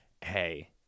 Hey